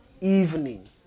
evening